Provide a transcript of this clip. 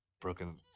Broken